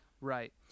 Right